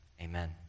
Amen